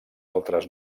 altres